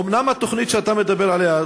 אומנם התוכנית שאתה מדבר עליה,